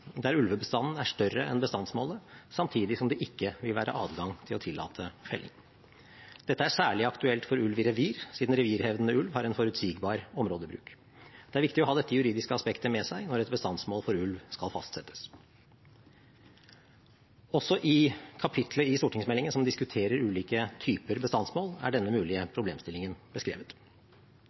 der ulvebestanden er større enn bestandsmålet samtidig som det ikke vil være adgang til å tillate felling. Dette er særlig aktuelt for ulv i revir, siden revirhevdende ulv har en forutsigbar områdebruk. Det er viktig å ha dette juridiske aspektet med seg når et bestandsmål for ulv skal fastsettes.» Også i kapittelet i stortingsmeldingen som diskuterer ulike typer bestandsmål, er denne mulige problemstillingen beskrevet.